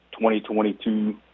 2022